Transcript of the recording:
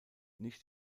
nicht